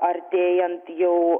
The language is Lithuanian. artėjant jau